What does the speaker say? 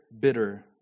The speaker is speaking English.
bitter